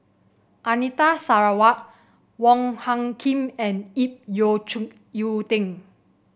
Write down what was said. Anita Sarawak Wong Hung Khim and Ip Yiu Tung